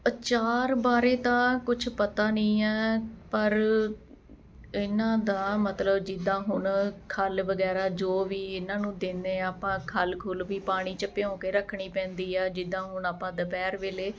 ਅਚਾਰ ਬਾਰੇ ਤਾਂ ਕੁਛ ਪਤਾ ਨਹੀਂ ਹੈ ਪਰ ਇਹਨਾਂ ਦਾ ਮਤਲਬ ਜਿੱਦਾਂ ਹੁਣ ਖੱਲ ਵਗੈਰਾ ਜੋ ਵੀ ਇਹਨਾਂ ਨੂੰ ਦਿੰਨੇ ਆ ਆਪਾਂ ਖਲ ਖੁਲ ਵੀ ਪਾਣੀ 'ਚ ਭਿਉਂ ਕੇ ਰੱਖਣੀ ਪੈਂਦੀ ਆ ਜਿੱਦਾਂ ਹੁਣ ਆਪਾਂ ਦੁਪਹਿਰ ਵੇਲੇ